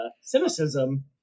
cynicism